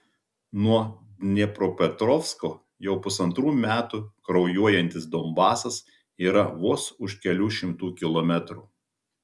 nuo dniepropetrovsko jau pusantrų metų kraujuojantis donbasas yra vos už kelių šimtų kilometrų